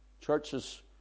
Churches